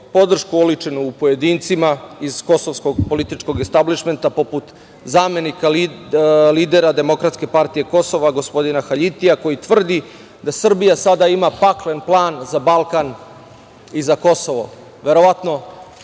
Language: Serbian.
podršku oličenu u pojedincima iz kosovskog političkog establišmenta, poput zamenika, lidera Demokratske partije Kosova gospodina Haljitija, koji tvrdi da Srbija ima sada paklen plan za Balkan i za Kosovo,